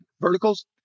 verticals